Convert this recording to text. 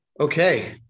Okay